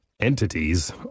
Entities